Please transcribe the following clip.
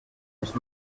els